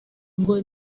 ngo